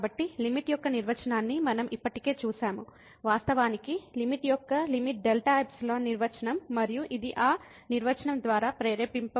కాబట్టి లిమిట్ యొక్క నిర్వచనాన్ని మనం ఇప్పటికే చూశాము వాస్తవానికి లిమిట్ యొక్క లిమిట్ డెల్టా ఎప్సిలాన్ నిర్వచనం మరియు ఇది ఆ నిర్వచనం ద్వారా ప్రేరేపించబడింది